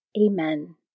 Amen